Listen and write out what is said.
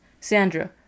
Sandra